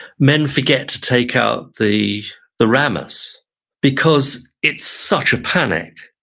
men forget to take out the the rammers because it's such a panic.